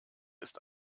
ist